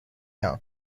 young